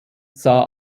sah